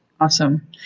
Awesome